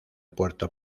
puerto